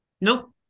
Nope